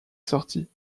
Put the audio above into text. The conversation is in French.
sortie